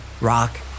rock